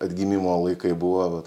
atgimimo laikai buvo vat